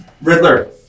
Riddler